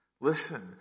Listen